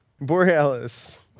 Borealis